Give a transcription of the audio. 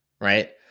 right